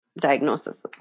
diagnosis